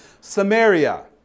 Samaria